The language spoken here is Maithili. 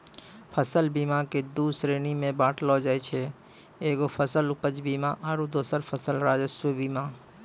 फसल बीमा के दु श्रेणी मे बाँटलो जाय छै एगो फसल उपज बीमा आरु दोसरो फसल राजस्व बीमा